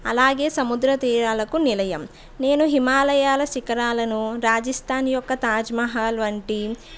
అలాగే సముద్ర తీరాలకు నిలయం నేను హిమాలయ శిఖరాలను రాజస్థాన్ యొక్క తాజ్మహల్ వంటి